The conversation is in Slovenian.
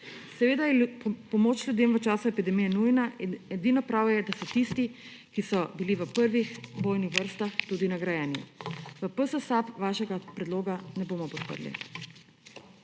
Seveda je pomoč ljudem v času epidemije nujna in edino prav je, da so tisti, ki so bili v prvih bojnih vrstah, tudi nagrajeni. V PS SAB vašega predloga ne bomo podprli.